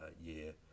year